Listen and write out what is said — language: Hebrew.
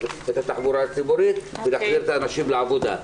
התחבורה הציבורית ולהחזיר את האנשים האלה לעבודה.